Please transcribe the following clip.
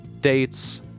dates